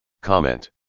Comment